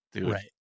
Right